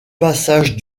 passage